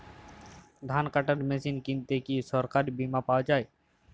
ধান কাটার মেশিন কিনতে কি সরকারী বিমা পাওয়া যায়?